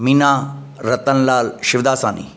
Meena Ratanlal Shivdasani